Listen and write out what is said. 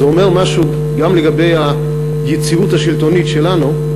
זה אומר משהו גם לגבי היציבות השלטונית שלנו,